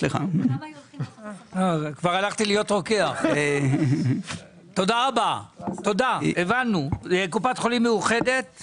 משכורת של אחראי היא 25,000. קופת חולים מאוחדת,